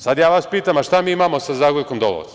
Sad ja vas pitam – a šta mi imamo sa Zagorkom Dolovac?